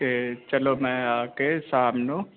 ਤੇ ਚਲੋ ਮੈਂ ਆ ਕੇ ਸ਼ਾਮ ਨੂੰ